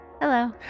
hello